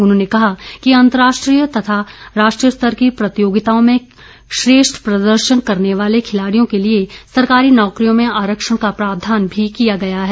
उन्होंने कहा कि अंतर्राष्ट्रीय तथा राष्ट्रीय स्तर की प्रतियोगिताओं में श्रेष्ठ प्रदर्शन करने वाले खिलाड़ियो के लिए सरकारी नौकरियों में आरक्षण का प्रावधान भी किया गया है